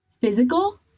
physical